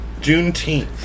Juneteenth